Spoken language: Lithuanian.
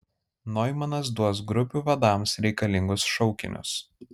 noimanas duos grupių vadams reikalingus šaukinius